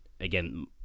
again